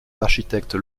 architectes